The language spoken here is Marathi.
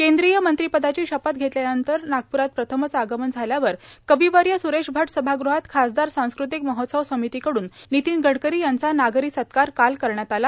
केंद्रीय मंत्रीपदाची शपथ घेतल्यानंतर नागप्रात प्रथम आगमन झाल्यानंतर कविवर्य सुरेश भट सभागृहात खासदार सांस्कृतिक महोत्सव समितीकडून नितीन गडकरी यांचा नागरी सत्कार काल करण्यात आला